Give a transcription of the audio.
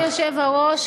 אדוני היושב-ראש,